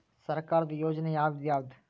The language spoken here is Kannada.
ಸರ್ಕಾರದ ಯೋಜನೆ ಯಾವ್ ಯಾವ್ದ್?